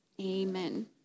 amen